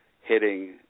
hitting